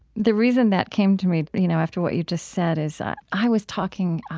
the reason that came to me, you know, after what you just said is that i was talking